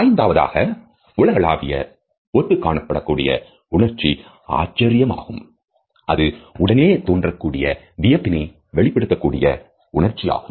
ஐந்தாவதாக உலகளாவிய ஒத்து காணப்படக்கூடிய உணர்ச்சி ஆச்சரியம் ஆகும் அது உடனே தோன்றக்கூடிய வியப்பினை வெளிப்படுத்தக்கூடிய உணர்ச்சி ஆகும்